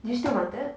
do you still want it